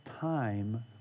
time